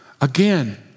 Again